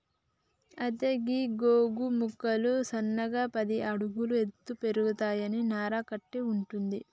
అయితే గీ గోగు మొక్కలు సన్నగా పది అడుగుల ఎత్తు పెరుగుతాయి నార కట్టి వుంటది